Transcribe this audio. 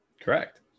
Correct